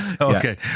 Okay